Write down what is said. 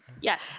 yes